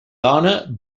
dona